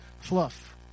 fluff